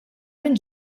minn